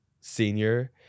senior